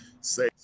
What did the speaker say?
say